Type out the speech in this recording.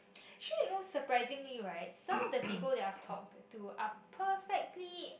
sure no surprisingly right some of the people they're talk to up perfectly